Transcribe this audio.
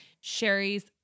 Sherry's